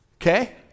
Okay